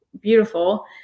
beautiful